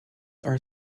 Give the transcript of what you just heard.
are